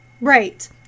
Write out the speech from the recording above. Right